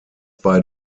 bei